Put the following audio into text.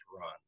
run